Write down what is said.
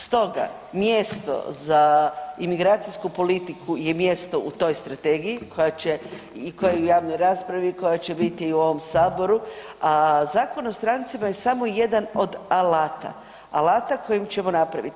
Stoga mjesto za imigracijsku politiku je mjesto u toj strategiji koja će i koja je u javnoj raspravi i koja će biti i u ovom saboru, a Zakon o strancima je smo jedan od alata, alata kojim ćemo napraviti.